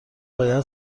باید